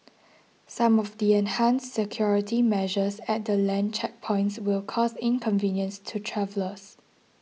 some of the enhanced security measures at the land checkpoints will cause inconvenience to travellers